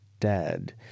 dead